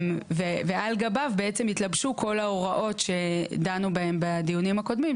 על גביו בעצם התלבשו כל ההוראות שדנו בהן בדיונים הקודמים,